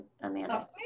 Amanda